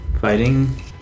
fighting